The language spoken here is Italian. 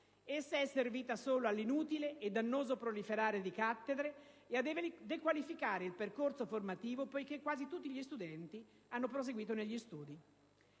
essa è servita solo all'inutile e dannoso proliferare delle cattedre e a dequalificare il percorso formativo, poiché quasi tutti gli studenti hanno proseguito negli studi.